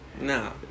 No